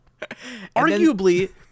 Arguably